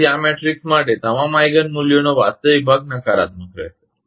તેથી આ મેટ્રિક્સ માટે તમામ આઈગિન મૂલ્યોનો વાસ્તવિક ભાગ નકારાત્મક રહેશે